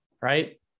right